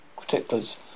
particulars